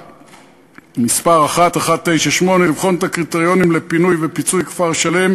מס' 1198 לבחון את הקריטריונים לפינוי ופיצוי כפר-שלם